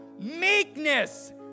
meekness